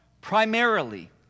primarily